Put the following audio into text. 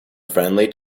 friendly